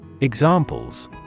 Examples